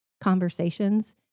conversations